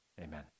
amen